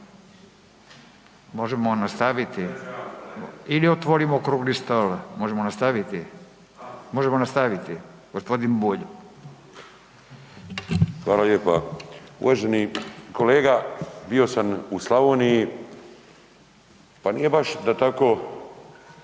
Možemo nastaviti ili otvorimo okrugli stol. Možemo nastaviti? Možemo nastaviti? g. Bulj. **Bulj, Miro (MOST)** Hvala lijepa. Uvaženi kolega, bio sam u Slavoniji, pa nije baš da tako